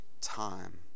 time